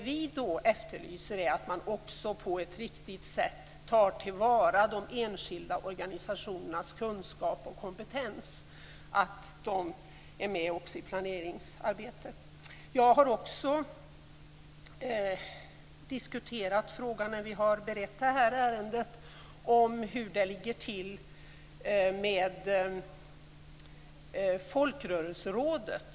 Vi efterlyser att man också på ett riktigt sätt tar till vara de enskilda organisationernas kunskap och kompetens. De måste få vara med också i planeringsarbetet. När ärendet har beretts har jag diskuterat frågan om hur det ligger till med Folkrörelserådet.